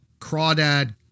crawdad